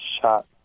shot